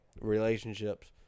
Relationships